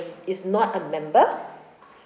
because he is not a member